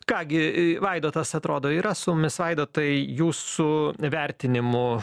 ką gi vaidotas atrodo yra su mumis vaidotai jūsų vertinimu